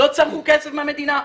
לא צרך כסף מהמדינה.